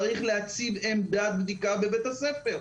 צריך להציב עמדת בדיקה בבית הספר.